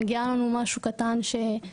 מגיע לנו משהו קטן שיהיה,